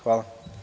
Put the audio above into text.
Hvala.